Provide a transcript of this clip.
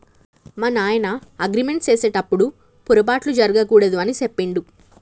మా నాయన అగ్రిమెంట్ సేసెటప్పుడు పోరపాట్లు జరగకూడదు అని సెప్పిండు